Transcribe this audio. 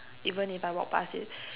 even if I walk past it